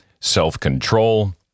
self-control